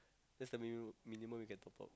that's the minimum minimum you can top up